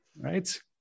Right